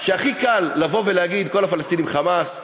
שהכי קל לבוא ולהגיד: כל הפלסטינים "חמאס",